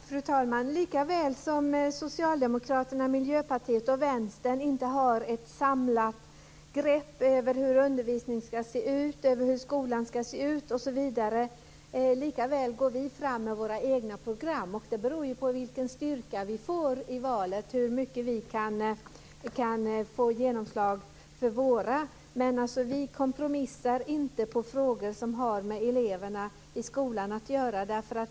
Fru talman! Likaväl som Socialdemokraterna, Miljöpartiet och Vänstern inte har ett samlat grepp om hur undervisningen och skolan ska se ut, likaväl går vi fram med våra egna program. Hur stort genomslag vi kan få för våra förslag beror på vilken styrka vi får i valet. Men vi kompromissar inte om frågor som har med eleverna i skolan att göra.